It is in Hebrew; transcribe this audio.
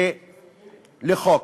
לחוק.